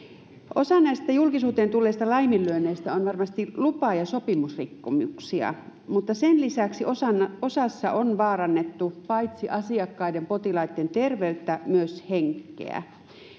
osa näistä julkisuuteen tulleista laiminlyönneistä on varmasti lupa ja sopimusrikkomuksia mutta sen lisäksi osassa on vaarannettu paitsi asiakkaiden potilaiden terveyttä myös henkeä